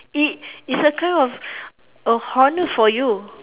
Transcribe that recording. it it's a kind of a honour for you